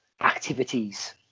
activities